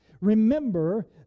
Remember